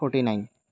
forty nine